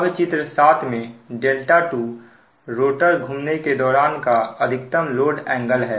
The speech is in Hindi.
अब चित्र 7 में δ2 रोटर घूमने के दौरान का अधिकतम लोड एंगल है